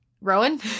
Rowan